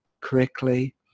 correctly